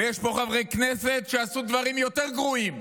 ויש פה חברי כנסת שעשו דברים יותר גרועים: